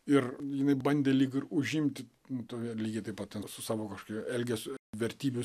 ir jinai bandė lyg ir užimti nu tokia lygiai taip pat su savo kažkokiu elgesiu vertybių